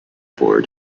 for